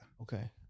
okay